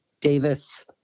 Davis